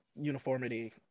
uniformity